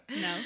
No